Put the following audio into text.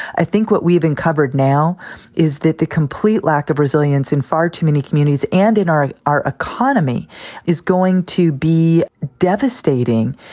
i think what we've uncovered now is that the complete lack of resilience in far too many communities and in our our economy is going to be devastating,